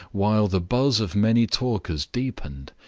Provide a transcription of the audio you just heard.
while the buzz of many talkers deepened,